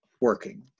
working